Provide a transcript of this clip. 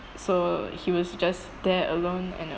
so he was just there alone and